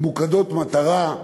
ממוקדות מטרה.